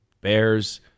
bears